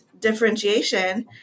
differentiation